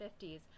50s